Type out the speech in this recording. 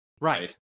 right